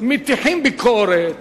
מטיחים ביקורת